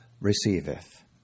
receiveth